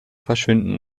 verschwinden